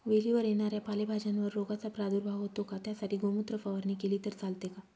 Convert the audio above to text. वेलीवर येणाऱ्या पालेभाज्यांवर रोगाचा प्रादुर्भाव होतो का? त्यासाठी गोमूत्र फवारणी केली तर चालते का?